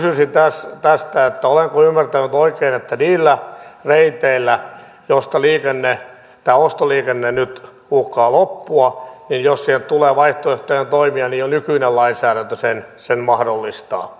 olenko ymmärtänyt oikein että jos niille reiteille joilta tämä ostoliikenne nyt uhkaa loppua tulee vaihtoehtoinen toimija niin jo nykyinen lainsäädäntö sen mahdollistaa